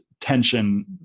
tension